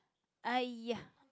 !aiya!